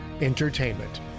Entertainment